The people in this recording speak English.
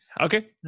Okay